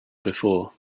before